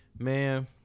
Man